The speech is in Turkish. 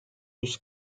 yüz